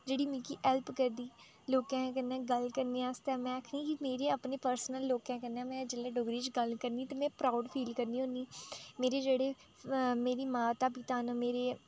जेह्ड़ी मिगी हेल्प करदी लोकें कन्नै गल्ल करने आस्तै में आखनी की मेरे अपने पर्सनल लोकें कन्नै में जेल्लै डोगरी च गल्ल करनी ते में प्राउड फील करनी होनी मेरे जेह्ड़े मेरी माता पिता न